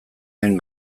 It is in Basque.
den